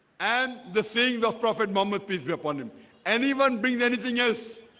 and the sayings of prophet mohammad peace be upon him and even bring anything else